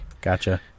Gotcha